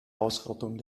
ausrottung